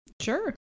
Sure